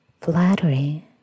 Flattery